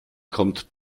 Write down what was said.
kommt